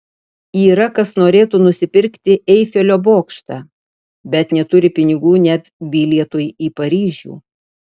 yra kas norėtų nusipirkti eifelio bokštą bet neturi pinigų net bilietui į paryžių